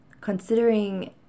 considering